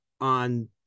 on